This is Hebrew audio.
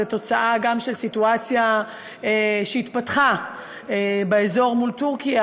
זו גם תוצאה של סיטואציה שהתפתחה באזור מול טורקיה,